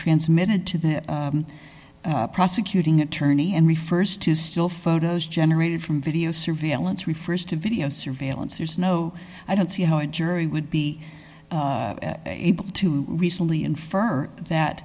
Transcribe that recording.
transmitted to the prosecuting attorney and refers to still photos generated from video surveillance refers to video surveillance there's no i don't see how a jury would be able to recently infer that